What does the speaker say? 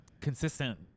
consistent